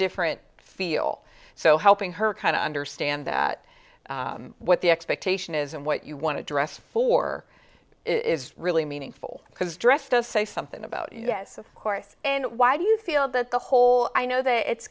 different feel so helping her kind of understand what the expectation is and what you want to dress for is really meaningful because dress does say something about yes of course and why do you feel that the whole i know they it's